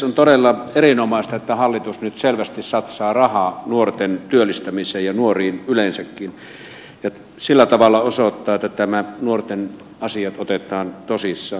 on todella erinomaista että hallitus nyt selvästi satsaa rahaa nuorten työllistämiseen ja nuoriin yleensäkin ja sillä tavalla osoittaa että nuorten asiat otetaan tosissaan